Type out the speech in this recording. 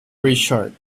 richard